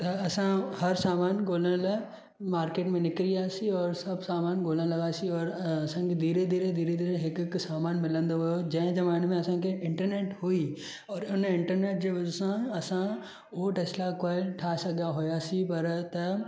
त असां हर सामानु ॻोल्हण लाइ मार्केट में निकिरी वियासि और सभु सामान ॻोल्हण लॻासीं और असांखे धीरे धीरे धीरे धीरे हिकु हिकु सामानु मिलंदो वियो जंहिं ज़माने में असांखे इंटरनेट हुई और उन इंटरनेट जे वजह सां असां हो टेस्ला कॉइल ठाहे सघिया हुयासीं पर त